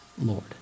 Lord